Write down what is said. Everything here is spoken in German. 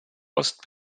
ost